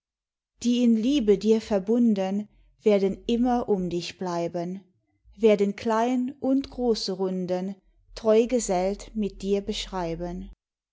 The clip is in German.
die in liebe dir verbunden werden immer um dich bleiben werden klein und große runden treugesellt mit dir beschreiben